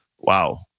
Wow